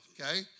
okay